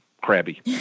crabby